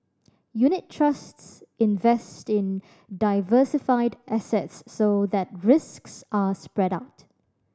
unit trusts invest in diversified assets so that risks are spread out